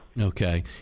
okay